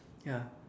ya